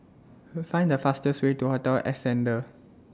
Find The fastest Way to Hotel Ascendere